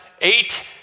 eight